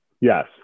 Yes